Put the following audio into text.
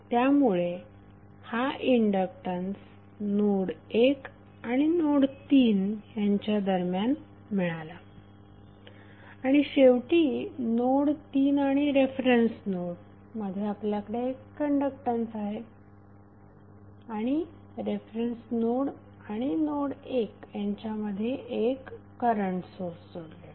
त्यामुळे हा inductance node 1 आणि नोड 3 यांच्या दरम्यान मिळाला आणि शेवटी नोड 3 आणि रेफरन्स नोड मध्ये आपल्याकडे एक कण्डक्टन्स आहे आणि रेफरन्स नोड आणि नोड 1 यांच्यामध्ये एक करंट सोर्स जोडलेला आहे